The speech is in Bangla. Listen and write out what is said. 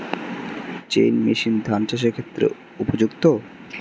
চেইন মেশিন ধান চাষের ক্ষেত্রে উপযুক্ত?